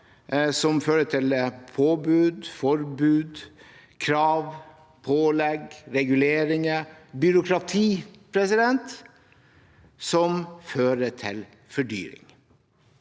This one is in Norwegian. som fører til påbud, forbud, krav, pålegg, reguleringer og byråkrati, og som fører til fordyring.